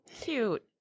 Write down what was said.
Cute